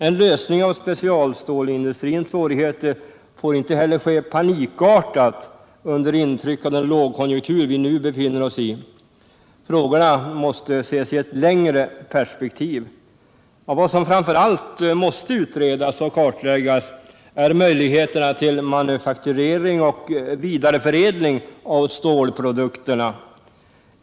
En lösning av specialstålindustrins svårigheter får inte heller ske panikartat under intryck av den lågkonjunktur vi nu befinner oss i. Frågorna måste ses i ett längre perspektiv. Vad som framför allt måste utredas och kartläggas är möjligheterna till manufakturering och vidareförädling av stålprodukterna.